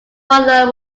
father